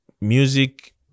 music